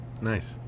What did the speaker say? Nice